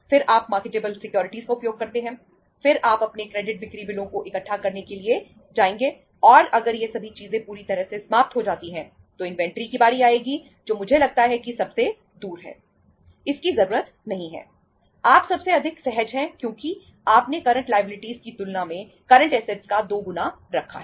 फिर आप marketable securities का दो गुना रखा है